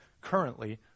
currently